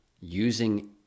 using